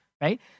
right